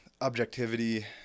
objectivity